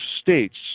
states